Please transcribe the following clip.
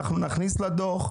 אנחנו נכניס לדוח,